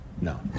No